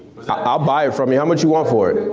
i'll buy it from you, how much you want for it?